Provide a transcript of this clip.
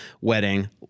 wedding